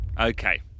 Okay